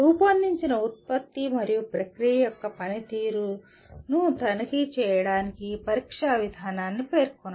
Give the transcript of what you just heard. రూపొందించిన ఉత్పత్తి మరియు ప్రక్రియ యొక్క పనితీరును తనిఖీ చేయడానికి పరీక్షా విధానాన్ని పేర్కొనండి